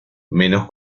menos